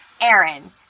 Aaron